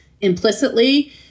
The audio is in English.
implicitly